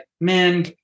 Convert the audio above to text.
man